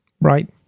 Right